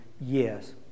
yes